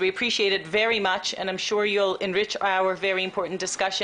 אנחנו מעריכים את זה מאוד ואני בטוחה שתעשירו את הדיון החשוב מאוד שלנו.